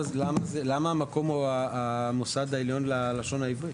למה המקום הוא המוסד העליון ללשון העברית?